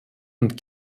und